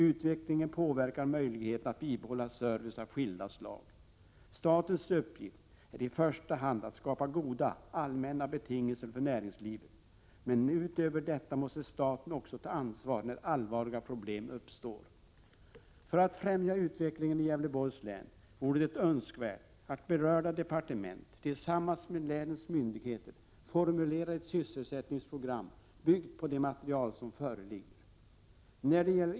Utvecklingen påverkar möjligheten att behålla service av skilda slag. Statens uppgift är i första hand att skapa goda allmänna betingelser för näringslivet. Men utöver detta måste staten också ta ansvaret när allvarliga problem uppstår. För att främja utvecklingen i Gävleborgs län vore det önskvärt att berörda departement tillsammans med länets myndigheter formulerade ett sysselsättningsprogram byggt på det material som föreligger.